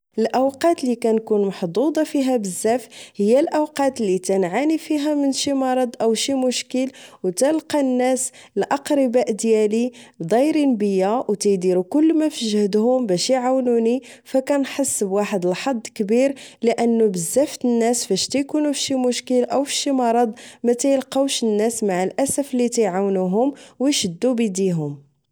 الأوقات لي كنكون محظوظة فيها بزاف هي الأوقات لي تنعاني فيها من شي مرض أو شي مشكل أو تلقا الناس الأقرباء ديالي ضيرين بيا أو تيديرو كل ما فجهدهم باش إعونوني فكنحس بواحد الحظ كبير لأنو بزاف تناس فاش كيكونو فشي مشكل أو فشي مرض متيلقاوش الناس مع الأسف يعونهوم ويشدو بديهم